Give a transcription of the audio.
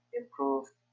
improved